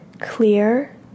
clear